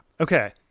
Okay